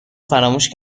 فراموش